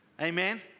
Amen